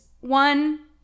one